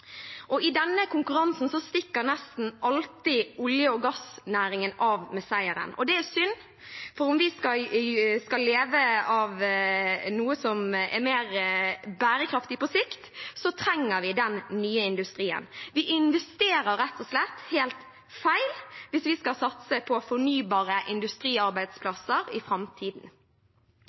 I denne konkurransen stikker nesten alltid olje- og gassnæringen av med seieren, og det er synd, for om vi skal leve av noe som er mer bærekraftig på sikt, trenger vi den nye industrien. Vi investerer rett og slett helt feil hvis vi skal satse på fornybare industriarbeidsplasser i framtiden.